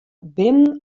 binnen